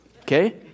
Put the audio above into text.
okay